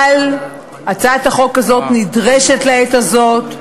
אבל הצעת החוק הזאת נדרשת בעת הזאת,